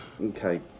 Okay